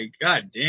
goddamn